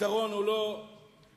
הפתרון הוא לא להגיד,